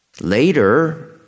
Later